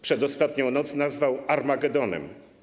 Przedostatnią noc nazwał armagedonem.